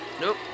Nope